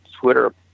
Twitter